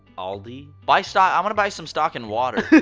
aldi. buy stock i wanna buy some stock in water.